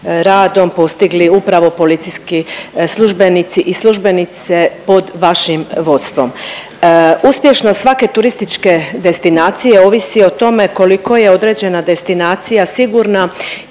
radom postigli upravo policijski službenici i službenice pod vašim vodstvom. Uspješnost svake turističke destinacije ovisi o tome koliko je određena destinacija sigurna